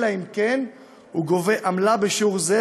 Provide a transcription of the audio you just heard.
אלא אם כן הוא גובה עמלה בשיעור זהה